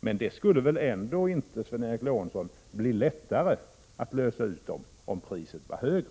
Det skulle väl ändå inte, Sven Eric Lorentzon, bli lättare att lösa ut delägarna, om priset var högre?